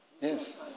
Yes